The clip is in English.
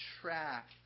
track